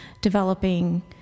developing